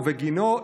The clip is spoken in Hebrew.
ובגינו,